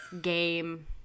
game